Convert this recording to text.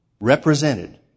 represented